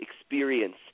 experience